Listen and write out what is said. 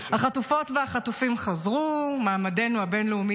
סילמן, קיבלת את הרב מרדכי, עמיחי אליהו.